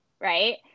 Right